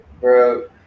Bro